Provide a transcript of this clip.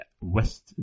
West